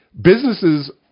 businesses